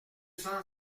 cent